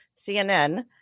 CNN